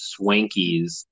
Swankies